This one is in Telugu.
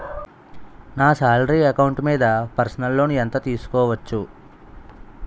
నా సాలరీ అకౌంట్ మీద పర్సనల్ లోన్ ఎంత తీసుకోవచ్చు?